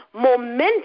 momentum